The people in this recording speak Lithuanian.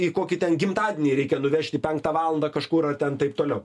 į kokį ten gimtadienį reikia nuvežti penktą valandą kažkur ar ten taip toliau